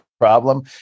problem